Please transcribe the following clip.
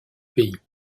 pays